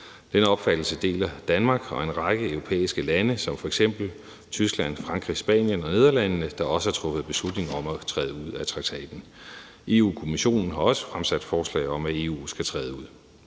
Denne opfattelse deler Danmark og en række andre europæiske lande som f.eks. Tyskland, Frankrig, Spanien og Nederlandene, der også har truffet beslutning om at træde ud af traktaten. Europa-Kommissionen har også fremsat forslag om, at EU skal træde ud.